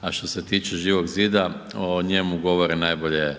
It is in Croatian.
A što se tiče Živog zida o njemu govore najbolje